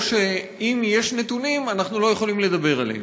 או שאם יש נתונים, אנחנו לא יכולים לדבר עליהם.